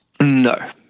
No